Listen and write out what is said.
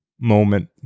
moment